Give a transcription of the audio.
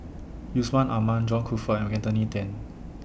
Yusman Aman John Crawfurd and Anthony Then